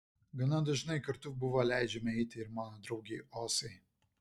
gana dažnai kartu buvo leidžiama eiti ir mano draugei osai